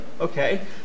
Okay